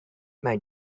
might